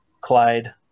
Clyde